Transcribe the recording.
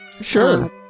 Sure